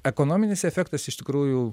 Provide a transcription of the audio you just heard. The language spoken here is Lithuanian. ekonominis efektas iš tikrųjų